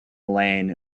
lane